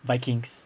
vikings